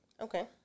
Okay